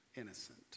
Innocent